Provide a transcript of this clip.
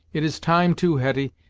it is time, too, hetty,